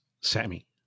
sammy